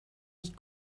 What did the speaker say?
ich